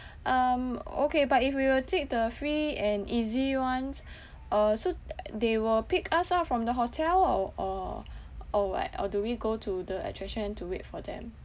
um okay but if we were to take the free and easy ones uh so they will pick us up from the hotel or or or what or do we go to the attraction to wait for them